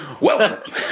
Welcome